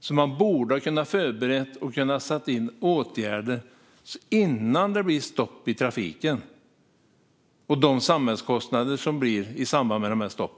Man borde därför ha kunnat förbereda sig för att vidta åtgärder innan det blev stopp i trafiken med tanke på de samhällskostnader som uppstår i samband med sådana stopp.